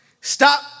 stop